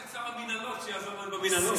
את שר המינהלות שיעזור להם במינהלות.